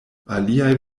aliaj